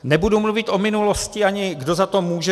Nebudu mluvit o minulosti, ani kdo za to může.